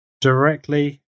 directly